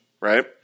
right